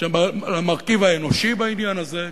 המרכיב האנושי בעניין הזה.